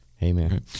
Amen